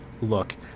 look